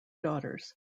daughters